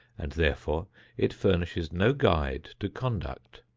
and therefore it furnishes no guide to conduct.